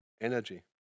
energy